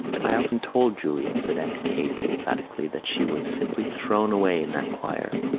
i often told julia, said aunt kate emphatically, that she was simply thrown away in that choir.